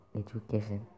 education